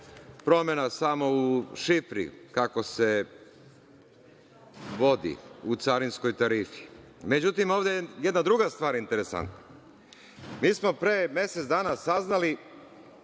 promena samo u šifri kako se vodi u carinskoj tarifi.Međutim, ovde je jedna druga stvar interesantna. Mi smo pre mesec dana saznali